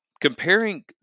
comparing